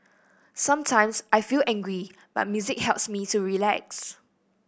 sometimes I feel angry but music helps me to relax